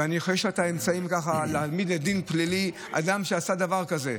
אני חושב שיש לה את האמצעים להעמיד לדין פלילי אדם שעשה דבר כזה.